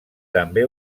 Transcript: també